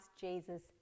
Jesus